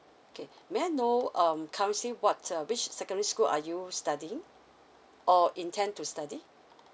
okay may I know um currently what uh which secondary school are you studying or intend to study